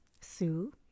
Sue